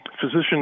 physician